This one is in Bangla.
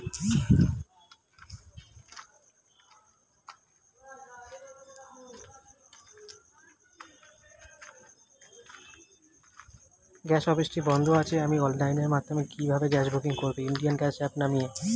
গ্যাস অফিসটি বন্ধ আছে আমি অনলাইনের মাধ্যমে কিভাবে গ্যাস বুকিং করব?